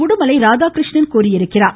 உடுமலை ராதாகிருஷ்ணன் தெரிவித்துள்ளார்